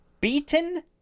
Beaten